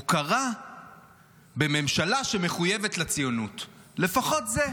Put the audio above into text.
הוא קרה בממשלה שמחויבת לציונות, לפחות זה.